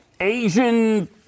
Asian